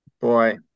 boy